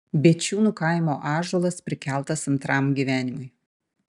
bėčiūnų kaimo ąžuolas prikeltas antram gyvenimui